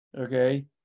okay